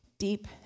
Deep